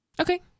okay